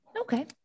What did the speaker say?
Okay